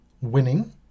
winning